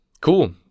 Cool